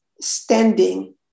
standing